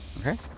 Okay